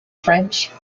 french